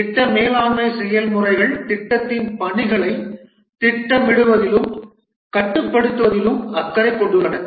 திட்ட மேலாண்மை செயல்முறைகள் திட்டத்தின் பணிகளைத் திட்டமிடுவதிலும் கட்டுப்படுத்துவதிலும் அக்கறை கொண்டுள்ளன